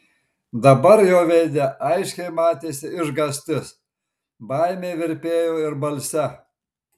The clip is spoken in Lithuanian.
dabar jo veide aiškiai matėsi išgąstis baimė virpėjo ir balse